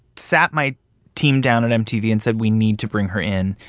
sat my team down at mtv and said, we need to bring her in.